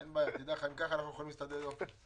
אין בעיה, אם כך, אנחנו יכולים להסתדר יופי.